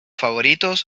favoritos